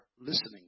listening